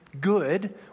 good